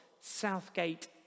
Southgate